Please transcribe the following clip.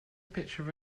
picture